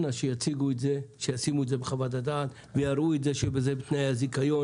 אנא שישימו את זה בחוות הדעת ושיראו שזה בתנאי הזיכיון,